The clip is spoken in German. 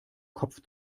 kopf